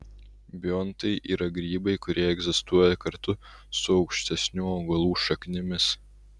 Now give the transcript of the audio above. biontai yra grybai kurie egzistuoja kartu su aukštesnių augalų šaknimis